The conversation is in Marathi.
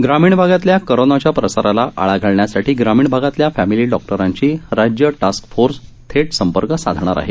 ग्रामीण भागातल्या कोरोनाच्या प्रसाराला आळा घालण्यासाठी ग्रामीण भागातल्या फॅमिली डॉक्टरांशी राज्य टास्क फोर्स थेट संपर्क साधणार आहे